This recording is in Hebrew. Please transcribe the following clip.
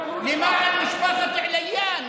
למען משפחת עליאן,